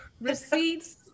Receipts